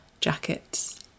jackets